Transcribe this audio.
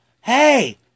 hey